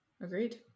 agreed